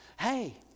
Hey